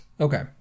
Okay